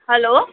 hello